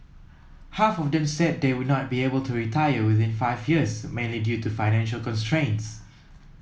half of them said they would not be able to retire within five years mainly due to financial constraints